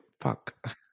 Fuck